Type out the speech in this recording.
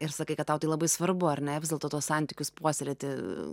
ir sakai kad tau tai labai svarbu ar ne vis dėlto tuos santykius puoselėti